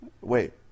wait